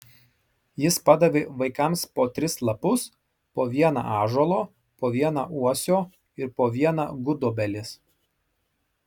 jis padavė vaikams po tris lapus po vieną ąžuolo po vieną uosio ir po vieną gudobelės